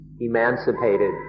emancipated